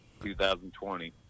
2020